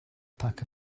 pack